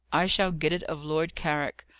i shall get it of lord carrick.